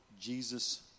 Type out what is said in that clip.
Jesus